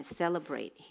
celebrate